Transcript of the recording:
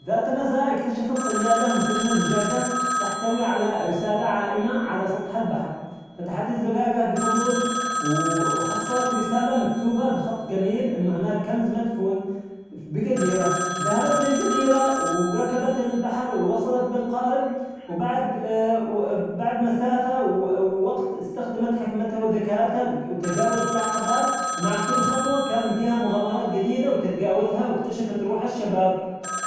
ذات مساء اكتشفت صيادة مسنة زجاجة تحتوي على رسالة عائمة على سطح البحر، فتحت الزجاجة بفضول وحصلت رسالة مكتوبة بخط جميل أن هناك كنز مدفون بجزيرة، ذهبت للجزيرة وركبت البحر ووصلت بالقارب وبعد وبعد مسافة ووقت استخدمت حكمتها وذكائها وتجاوزت عقبات ومع كل خطوة كان تلاقيها مغامرات جديدة وتتجاوزها واكتشفت روح الشباب.